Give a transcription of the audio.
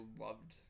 loved